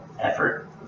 Effort